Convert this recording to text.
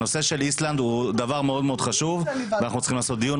איסלנד הוא חשוב ואנחנו צריכים לעשות דיון.